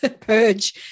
purge